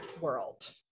world